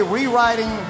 Rewriting